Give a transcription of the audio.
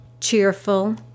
cheerful